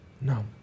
No